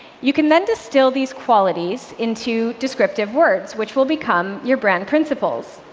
you can then distill these qualities into descriptive words, which will become your brand principles.